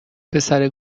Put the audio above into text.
پسره